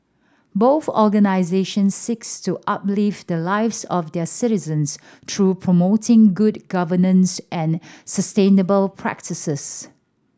both organisations seeks to uplift the lives of their citizens through promoting good governance and sustainable practices